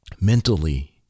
Mentally